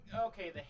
okay